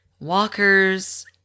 walkers